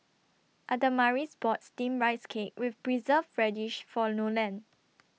Adamaris bought Steamed Rice Cake with Preserved Radish For Nolen